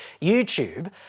YouTube